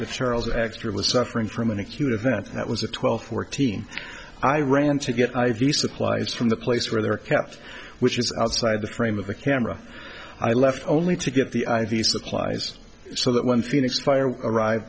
the charles actor was suffering from an acute event that was a twelve fourteen i ran to get i v supplies from the place where they were kept which is outside the frame of the camera i left only to get the i v supplies so that when phoenix fire arrive